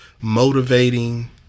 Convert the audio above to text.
motivating